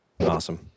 Awesome